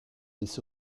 esso